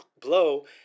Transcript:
blow